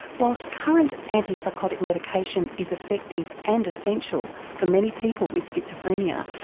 while so current antipsychotic medication is effective and essential for many people with schizophrenia,